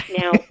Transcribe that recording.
Now